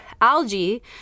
algae